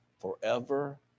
forever